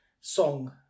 song